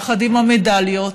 עם המדליות,